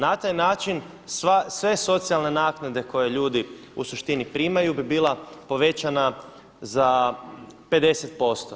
Na taj način sve socijalne naknade koje ljudi u suštini primaju bi bila povećana za 50 posto.